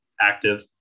active